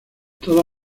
toda